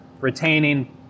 retaining